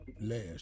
last